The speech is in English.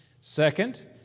Second